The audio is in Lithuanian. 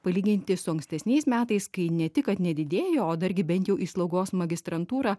palyginti su ankstesniais metais kai ne tik kad nedidėjo o dargi bent jau į slaugos magistrantūrą